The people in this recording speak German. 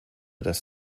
das